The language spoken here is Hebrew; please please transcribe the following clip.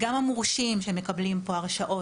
גם המורשים שמקבלים פה הרשאות,